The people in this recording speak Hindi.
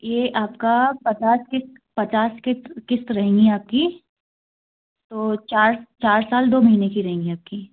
ये आपका पचास किस्त पचास किस्त किस्त रहेंगी आपकी तो चार चार साल दो महीने की रहेंगी आपकी